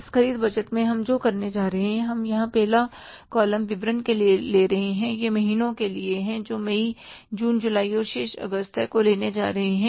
इस ख़रीद बजट में हम जो करने जा रहे हैं हम यहां पहला कॉलम विवरण के लिए है यह महीनों के लिए है जो मई जून जुलाई और शेष अगस्त है लेने जा रहे हैं